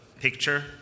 picture